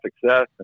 success